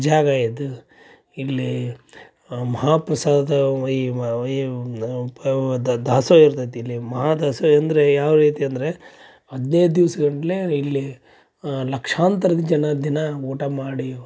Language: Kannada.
ಜಾಗ ಇದು ಇಲ್ಲಿ ಮಹಾಪ್ರಸಾದ ದಾಸೋಹ ಇರ್ತೈತೆ ಇಲ್ಲಿ ಮಹಾದಾಸೋಹ ಅಂದರೆ ಯಾವ ರೀತಿ ಅಂದರೆ ಹದಿನೈದು ದಿವಸಗಟ್ಲೆ ಇಲ್ಲಿ ಲಕ್ಷಾಂತರ ಜನ ದಿನಾ ಊಟ ಮಾಡಿ